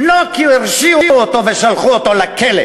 ולא כי הרשיעו אותו ושלחו אותו לכלא.